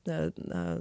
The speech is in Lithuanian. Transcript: na na